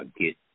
get